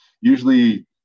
usually